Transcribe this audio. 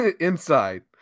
Inside